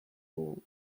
wall